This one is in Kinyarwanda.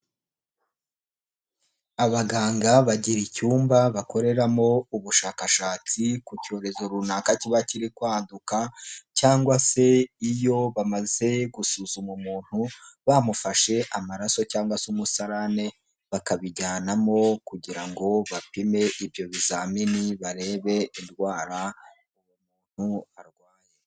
Abaganga bagira icyumba bakoreramo ubushakashatsi ku cyorezo runaka kiba kiri kwaduka cyangwa se iyo bamaze gusuzuma umuntu bamufashe amaraso cyangwa se umusarane bakabijyanamo kugira ngo bapime ibyo bizamini barebe indwara umuntu arwaye.